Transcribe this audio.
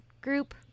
group